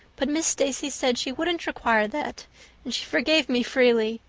but miss stacy said she wouldn't require that, and she forgave me freely.